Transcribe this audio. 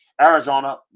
Arizona